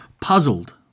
puzzled